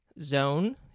zone